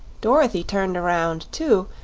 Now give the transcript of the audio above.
dorothy turned around too,